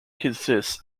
consists